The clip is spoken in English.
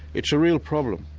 it's a real problem.